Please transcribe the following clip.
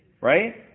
Right